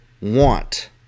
want